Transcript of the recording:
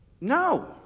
No